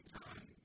time